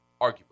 arguably